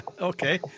Okay